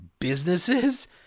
businesses